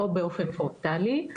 או באופן פרונטלי.